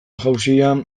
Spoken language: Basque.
jauzian